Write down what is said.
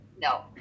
no